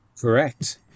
Correct